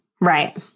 Right